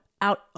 Out